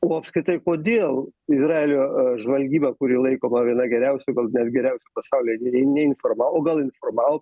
o apskritai kodėl izraelio žvalgyba kuri laikoma viena geriausių gal net geriausių pasauly neinformavo o gal informavo